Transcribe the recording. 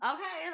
Okay